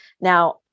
Now